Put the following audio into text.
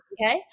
okay